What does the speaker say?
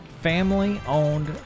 family-owned